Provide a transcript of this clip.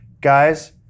guys